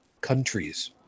countries